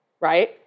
right